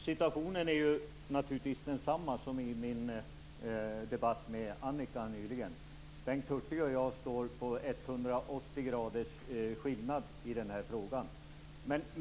Herr talman! Situationen är densamma som i min debatt med Annika Nordgren alldeles nyss. Bengt Hurtig och jag står 180o ifrån varandra i den här frågan.